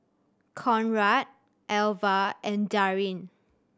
Conrad Alva and Darrin